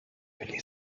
willi